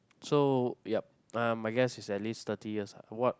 so yup uh my guess is at least thirty years ah what